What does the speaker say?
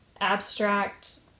abstract